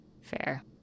Fair